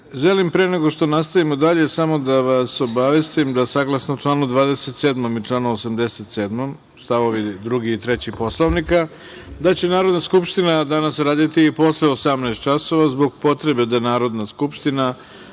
pre nego što nastavimo dalje, samo da vas obavestim da saglasno čl. 27. i 87. st. 2. i 3. Poslovnika da će Narodna skupština danas raditi i posle 18.00 časova zbog potrebe da Narodna skupština